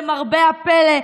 למרבה הפלא,